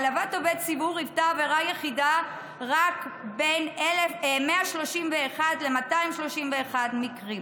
העלבת עובד ציבור היוותה עבירה יחידה רק ב-131 עד 231 מקרים.